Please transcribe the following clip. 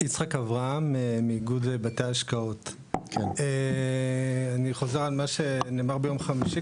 אני חוזר קצת על מה שנאמר ביום חמישי,